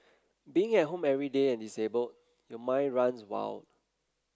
being at home every day and disabled your mind runs wild